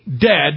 dead